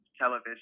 television